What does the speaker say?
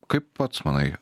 kaip pats manai